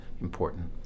important